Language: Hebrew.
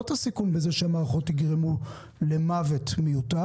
לא את הסיכון בזה שהמערכות יגרמו למוות מיותר,